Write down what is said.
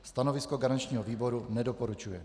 Stanovisko garančního výboru: nedoporučuje.